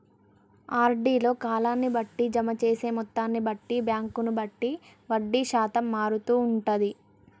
RD లో కాలాన్ని బట్టి, జమ చేసే మొత్తాన్ని బట్టి, బ్యాంకును బట్టి వడ్డీ శాతం మారుతూ ఉంటది